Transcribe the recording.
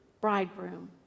bridegroom